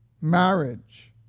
marriage